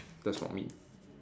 that's for me